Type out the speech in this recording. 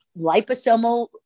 liposomal